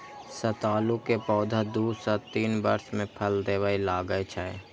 सतालू के पौधा दू सं तीन वर्ष मे फल देबय लागै छै